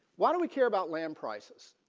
why do we care about land prices.